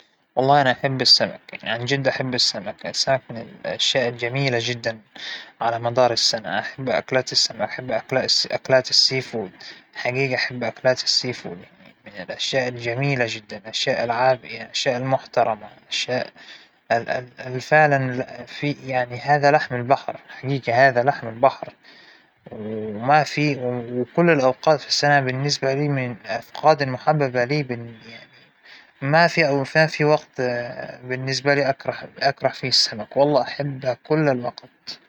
من باب أستكشاف الفضاء والفضول وأبى أعرف وش فى فوق وهذى الشغلات، أعتقد إنى راح ساويها هكذا، لو إنى إجاتنى الفرصة- الفرصة للسفر للفضاء، أى بعتقد راح أنتهزها وراح أسافر، على الأقل بتفرج على كوكب الأرض من برة، بشوف الكواكب الثانية، وبرجع مرة ثانية ما بطول.